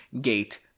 gate